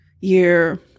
year